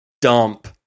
dump